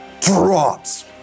Drops